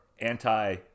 anti